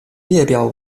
列表